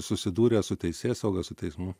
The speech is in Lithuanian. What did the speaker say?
susidūrę su teisėsauga su teismu